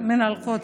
ירושלים,